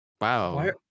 Wow